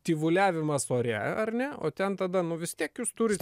tyvuliavimas ore ar ne o ten tada nu vis tiek jūs turit